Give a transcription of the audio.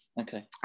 Okay